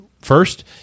first